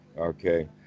Okay